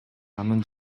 анын